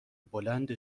بلند